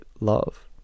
love